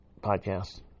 podcast